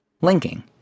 linking